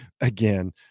again